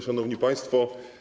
Szanowni Państwo!